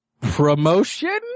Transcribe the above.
promotion